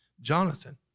Jonathan